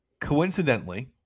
Coincidentally